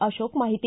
ಅಕೋಕ ಮಾಹಿತಿ